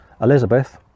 elizabeth